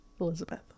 Elizabeth